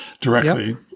directly